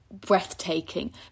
breathtaking